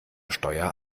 steuer